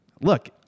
look